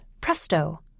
presto